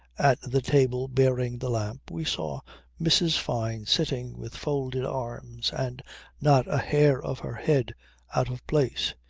at the table bearing the lamp, we saw mrs. fyne sitting with folded arms and not a hair of her head out of place.